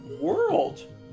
world